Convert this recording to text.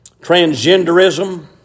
transgenderism